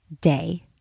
day